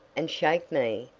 and shake me?